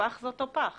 הפח הוא אותו פח.